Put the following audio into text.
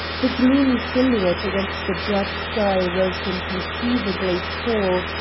the gloomy silhouette against the drab sky rose inconceivably tall,